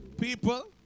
people